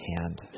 hand